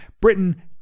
Britain